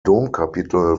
domkapitel